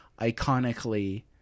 iconically